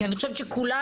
כי אני חושבת שכולנו,